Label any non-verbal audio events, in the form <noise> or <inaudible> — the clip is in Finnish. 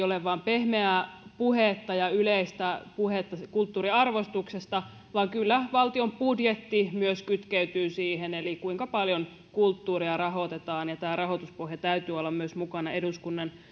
<unintelligible> ole vain pehmeää puhetta ja yleistä puhetta kulttuurin arvostuksesta vaan kyllä valtion budjetti myös kytkeytyy siihen kuinka paljon kulttuuria rahoitetaan ja tämän rahoituspohjan täytyy olla myös mukana eduskunnan